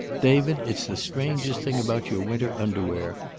david, it's the strangest thing about your winter underwear.